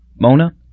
Mona